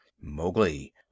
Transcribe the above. mowgli